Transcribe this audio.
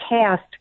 cast